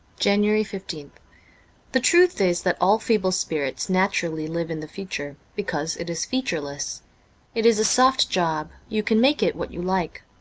january fifteenth the truth is that all feeble spirits naturally live in the future, because it is featureless it is a soft job you can make it what you like.